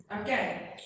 Okay